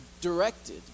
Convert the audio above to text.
directed